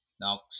Now